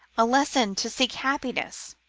a lesson to seek happi ness,